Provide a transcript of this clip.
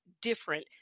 different